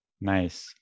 Nice